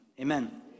amen